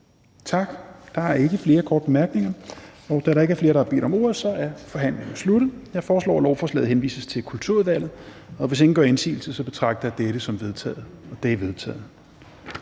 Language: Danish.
Tak. Der er ikke flere korte bemærkninger. Da der ikke er flere, der har bedt om ordet, er forhandlingen sluttet. Jeg foreslår, at lovforslaget henvises til Kulturudvalget, og hvis ingen gør indsigelse, betragter jeg dette som vedtaget. Det er vedtaget.